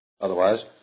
otherwise